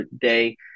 day